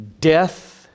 death